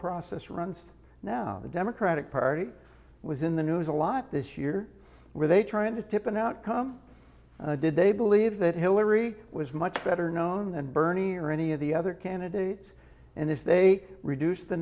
process runs now the democratic party was in the news a lot this year were they trying to tip an outcome did they believe that hillary was much better known and bernie or any of the other candidates and if they reduced the